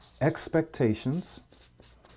expectations